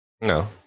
No